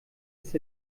ist